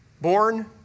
Born